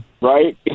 Right